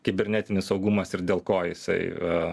kibernetinis saugumas ir dėl ko jisai a